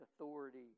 authority